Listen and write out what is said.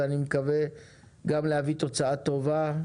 ואני מקווה גם להביא תוצאה טובה,